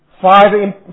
Five